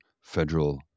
federal